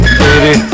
baby